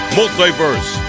Multiverse